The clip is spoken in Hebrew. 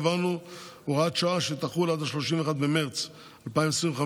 קבענו הוראת שעה שתחול עד 31 במרץ 2025,